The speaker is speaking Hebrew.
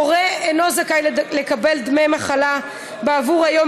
הורה אינו זכאי לקבל דמי מחלה בעבור היום